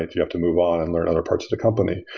you have to move on and learn other parts of the company.